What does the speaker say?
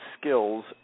skills